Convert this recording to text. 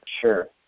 Sure